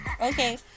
Okay